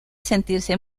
sentirse